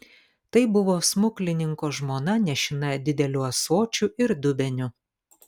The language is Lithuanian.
tai buvo smuklininko žmona nešina dideliu ąsočiu ir dubeniu